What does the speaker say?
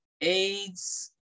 AIDS